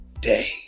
day